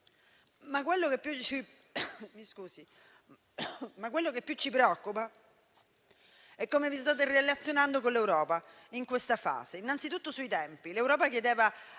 Quello che più ci preoccupa, tuttavia, è come vi state relazionando con l'Europa in questa fase, innanzi tutto sui tempi. L'Europa chiedeva